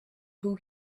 who